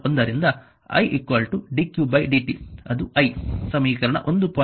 1 ರಿಂದ I dqdt ಅದು i ಸಮೀಕರಣ 1